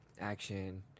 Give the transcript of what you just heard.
action